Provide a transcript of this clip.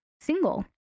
single